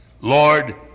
Lord